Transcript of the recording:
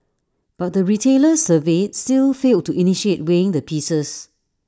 but the retailers surveyed still failed to initiate weighing the pieces